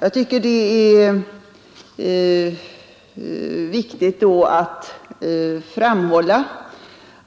Jag tycker det är viktigt att framhålla